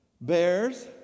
bears